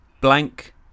blank